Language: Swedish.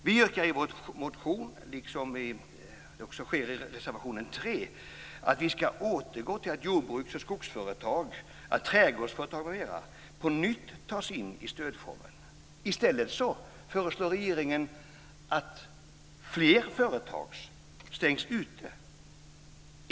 Vi yrkar i vår motion liksom i reservation 3 att vi ska återgå till att jordbruksföretag, skogsföretag, trädgårdsföretag m.fl. tas in i stödformen. Regeringen föreslår i stället att fler företag ska stängas ute.